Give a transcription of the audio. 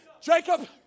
Jacob